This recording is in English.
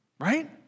right